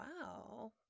wow